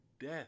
death